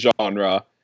genre